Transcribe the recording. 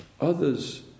others